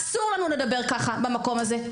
אסור לנו לדבר ככה במקום הזה.